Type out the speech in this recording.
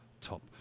top